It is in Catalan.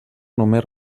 només